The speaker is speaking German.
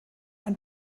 ein